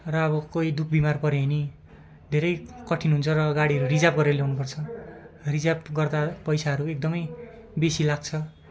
र अब कोही दुख बिमार पऱ्यो भने धेरै कठिन हुन्छ र गाडीहरू रिजर्व गरेर ल्याउनुपर्छ रिजर्व गर्दा पैसाहरू एकदमै बेसी लाग्छ